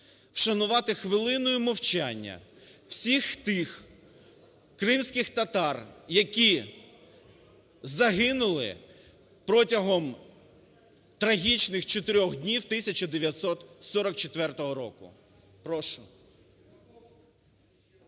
вшанувати хвилиною мовчання всіх тих кримських татар, які загинули протягом трагічних чотирьох днів 1944 року. Прошу.